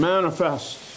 Manifest